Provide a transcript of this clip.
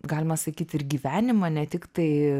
galima sakyt ir gyvenimą ne tiktai